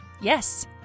Yes